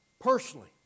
Personally